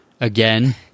again